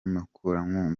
muterankunga